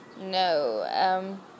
No